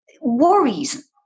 worries